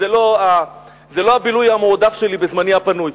זה לא הבילוי המועדף עלי בזמני הפנוי.